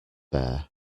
bear